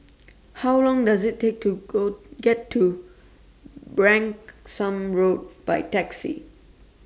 How Long Does IT Take to Go get to Branksome Road By Taxi